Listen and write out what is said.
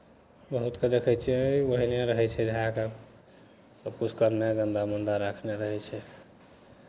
बहुतकेँ देखै छियै ओहने रहै छै धए कऽ सभकिछु करनाइ गन्दा उन्दा रखने रहै छै